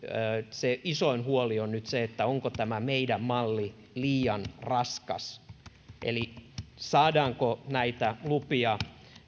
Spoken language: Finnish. se isoin huoli on nyt se onko tämä meidän mallimme liian raskas eli saadaanko näitä lupia